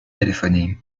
téléphoné